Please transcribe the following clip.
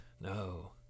No